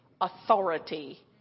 authority